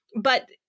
But-